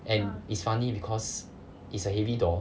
and is funny because it's a heavy door